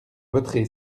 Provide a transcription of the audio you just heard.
voterai